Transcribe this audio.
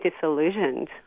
disillusioned